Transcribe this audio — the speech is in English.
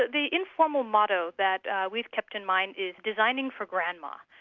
the informal model that we've kept in mind is designing for grandma,